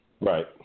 Right